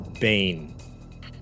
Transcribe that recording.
Bane